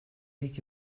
iki